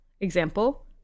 Example